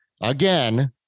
again